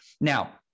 Now